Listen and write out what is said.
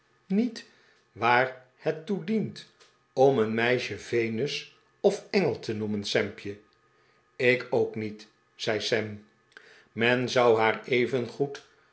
niet wa'ar het toe dient om een meisje venus of engel te noemen sampje ik ook niet zei sam men zou haar